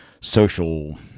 social